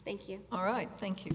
thank you all right thank you